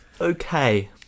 okay